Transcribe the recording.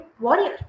warrior